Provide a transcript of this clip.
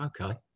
okay